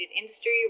industry